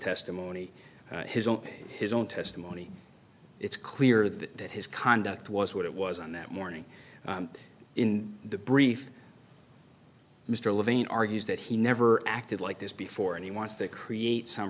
testimony his own his own testimony it's clear that his conduct was what it was on that morning in the brief mr levine argues that he never acted like this before and he wants to create some